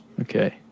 Okay